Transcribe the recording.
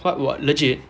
what legit